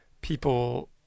people